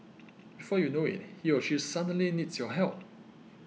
before you know it he or she suddenly needs your help